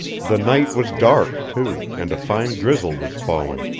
the night was dark, too, and a fine drizzle was falling.